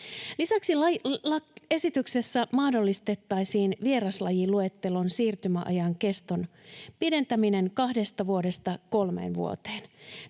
Lisäksi esityksessä mahdollistettaisiin vieraslajiluettelon siirtymäajan keston pidentäminen kahdesta vuodesta kolmeen vuoteen.